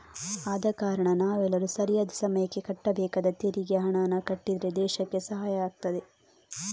ಆದ ಕಾರಣ ನಾವೆಲ್ಲರೂ ಸರಿಯಾದ ಸಮಯಕ್ಕೆ ಕಟ್ಟಬೇಕಾದ ತೆರಿಗೆ ಹಣಾನ ಕಟ್ಟಿದ್ರೆ ದೇಶಕ್ಕೆ ಸಹಾಯ ಆಗ್ತದೆ